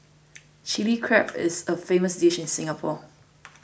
Chilli Crab is a famous dish in Singapore